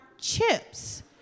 chips